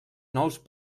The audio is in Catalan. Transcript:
nous